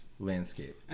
Landscape